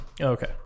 Okay